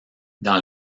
dans